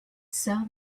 sell